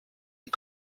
une